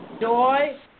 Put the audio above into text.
joy